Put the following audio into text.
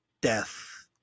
death